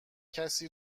کسی